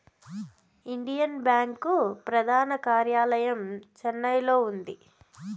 Indian Bank ప్రధాన కార్యాలయం చెన్నైలో ఉంది